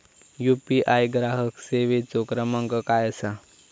UPI ग्राहक सेवेचो क्रमांक काय असा?